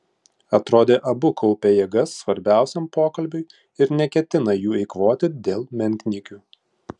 atrodė abu kaupia jėgas svarbiausiam pokalbiui ir neketina jų eikvoti dėl menkniekių